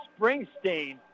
Springsteen